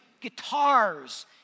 guitars